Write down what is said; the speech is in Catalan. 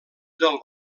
del